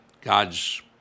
God's